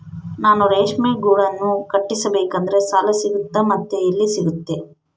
ನಾನು ರೇಷ್ಮೆ ಗೂಡನ್ನು ಕಟ್ಟಿಸ್ಬೇಕಂದ್ರೆ ಸಾಲ ಸಿಗುತ್ತಾ ಮತ್ತೆ ಎಲ್ಲಿ ಸಿಗುತ್ತೆ?